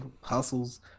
hustles